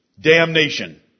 damnation